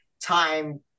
time